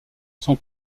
son